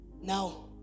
now